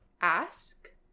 ask